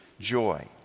joy